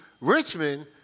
Richmond